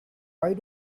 why